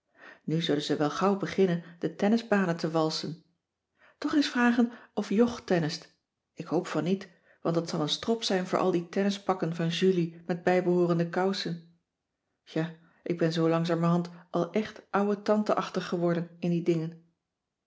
nu zullen ze wel gauw beginnen de tennisbanen te walsen toch eens vragen of jog tennist ik hoop van niet want dat zal een strop zijn voor al die tennispakken van julie met bijbehoorende kousen ja ik ben zoo langzamerhand al echt ouwe tante achtig geworden in die dingen